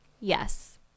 yes